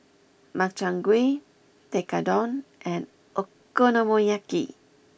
Makchang gui Tekkadon and Okonomiyaki